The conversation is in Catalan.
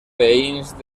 veïns